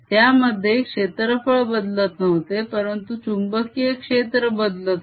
त्यामध्ये क्षेत्रफळ बदलत नव्हते परंतु चुंबकीय क्षेत्र बदलत होते